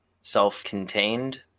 self-contained